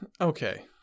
Okay